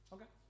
Okay